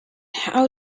how